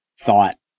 thought